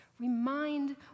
Remind